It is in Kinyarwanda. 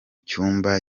cyambu